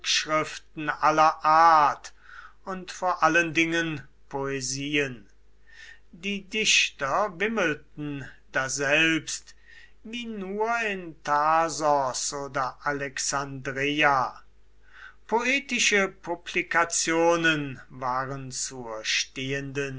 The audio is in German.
flugschriften aller art und vor allen dingen poesien die dichter wimmelten daselbst wie nur in tarsos oder alexandreia poetische publikationen waren zur stehenden